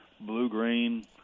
blue-green